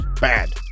bad